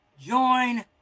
join